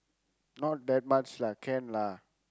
not that much lah can lah